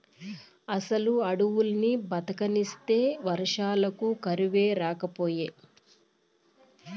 అసలు అడవుల్ని బతకనిస్తే వర్షాలకు కరువే రాకపాయే